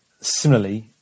similarly